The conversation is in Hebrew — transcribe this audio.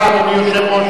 אין מתנגדים, אין נמנעים.